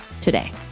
today